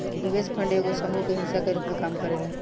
निवेश फंड एगो समूह के हिस्सा के रूप में काम करेला